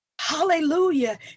Hallelujah